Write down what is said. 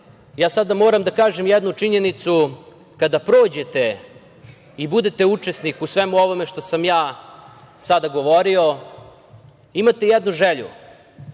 ja sada moram da kažem jednu činjenicu, kada prođete i budete učesnik u svemu ovome što sam ja sada govorio, imate jednu želju,